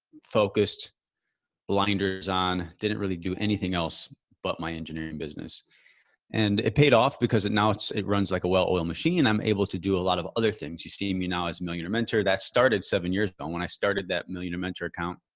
focused blinders on didn't really do anything else, but my engineering business and it paid off because it now it's, it runs like a well-oiled machine. i'm able to do a lot of other things. you see me now as a millionaire mentor that started seven years ago when i started that millionaire mentor account.